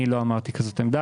אני לא מכיר כזו עמדה.